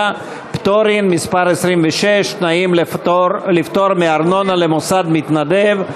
(פטורין) (מס' 26) (תנאים לפטור מארנונה למוסד-מתנדב),